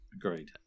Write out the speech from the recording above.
Agreed